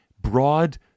broad